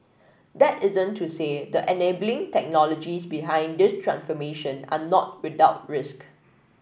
that isn't to say the enabling technologies behind this transformation are not without risk